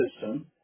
system